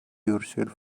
yourselves